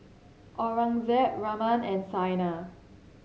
Aurangzeb Raman and Saina